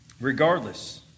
Regardless